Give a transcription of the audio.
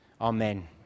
Amen